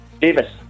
Davis